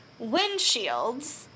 windshields